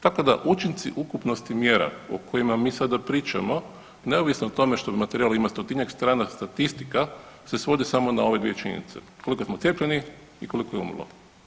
Tako da učinci ukupnosti mjera o kojima mi sada pričamo neovisno o tome što materijal ima stotinjak strana statistika se svodi samo na ove dvije činjenice koliko smo cijepljeni i koliko je umrlo.